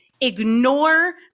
ignore